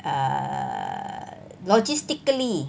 err logistically